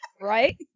Right